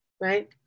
right